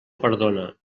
perdona